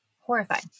horrifying